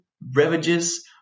beverages